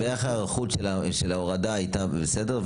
ואיך ההיערכות של ההורדה הייתה בסדר,